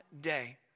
day